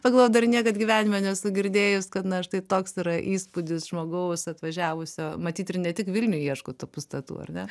pagalvojau dar niekad gyvenime nesu girdėjus kad na štai toks yra įspūdis žmogaus atvažiavusio matyt ir ne tik vilniuj ieškot tų pastatų ar ne